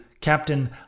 Captain